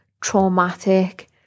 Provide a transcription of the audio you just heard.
traumatic